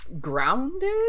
Grounded